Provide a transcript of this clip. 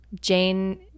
Jane